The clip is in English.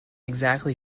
exactly